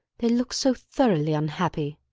they look so thoroughly unhappy.